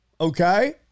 Okay